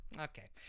okay